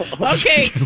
Okay